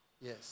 Yes